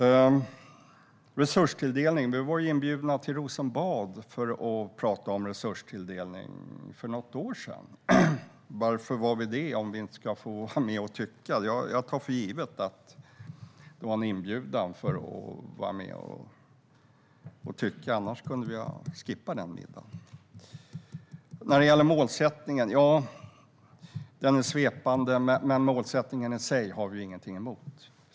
När det gäller resurstilldelning var vi för något år sedan inbjudna till Rosenbad för att diskutera det. Varför var vi det om vi inte skulle få vara med att tycka? Jag tog för givet att det var så. Annars hade vi kunnat skippa den middagen. Målsättningen är svepande, men målsättningen i sig har vi ingenting emot.